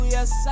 Yes